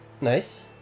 Nice